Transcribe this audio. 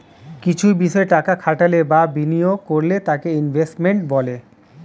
কিছু বিষয় টাকা খাটালে বা বিনিয়োগ করলে তাকে ইনভেস্টমেন্ট বলে